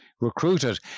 recruited